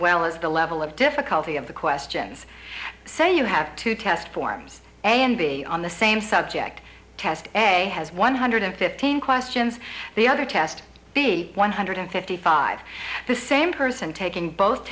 well as the level of difficulty of the questions so you have to test forms a and b on the same subject test a has one hundred fifteen questions the other test the one hundred fifty five the same person taking both